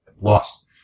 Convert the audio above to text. lost